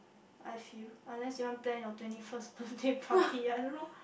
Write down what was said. I feel unless you want plan your twenty first birthday party I don't know